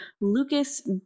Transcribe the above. Lucas